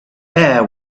air